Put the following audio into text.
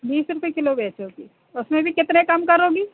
बीस रुपए किलो बेचोगी उसमें भी कितने कम करोगी